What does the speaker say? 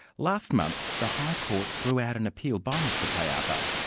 last month the high court threw out an appeal by mr taiapa,